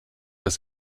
das